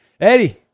Eddie